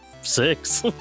six